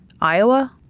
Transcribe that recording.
Iowa